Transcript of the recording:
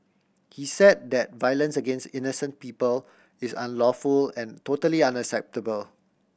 he said that violence against innocent people is unlawful and totally unacceptable